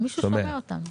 שמישהו שומע אותנו.